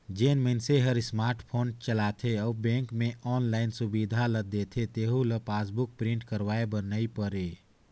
जेन मइनसे हर स्मार्ट फोन चलाथे अउ बेंक मे आनलाईन सुबिधा ल देथे तेहू ल पासबुक प्रिंट करवाये बर नई परे